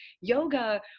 yoga